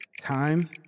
Time